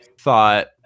thought